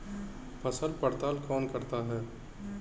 फसल पड़ताल कौन करता है?